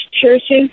churches